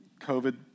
COVID